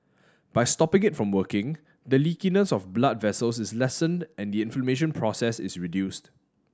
by stopping it from working the leakiness of blood vessels is lessened and the inflammation process is reduced